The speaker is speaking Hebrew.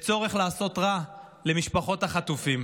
לצורך לעשות רע למשפחות החטופים.